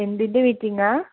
എന്തിൻ്റെ മീറ്റിങ്ങാ